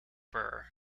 burgh